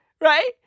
Right